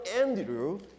Andrew